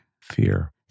fear